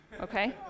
okay